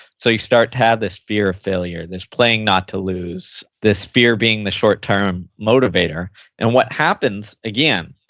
so you start to have this fear of failure, this playing not to lose. this fear being the short-term motivator and what happens, again,